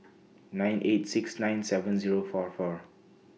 nine eight six nine seven Zero four four